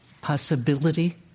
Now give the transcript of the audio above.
possibility